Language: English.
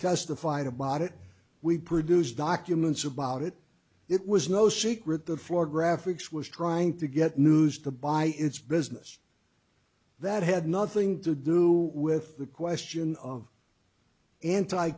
testified about it we produce documents about it it was no secret the floor graphics was trying to get news to buy its business that had nothing to do with the question of anti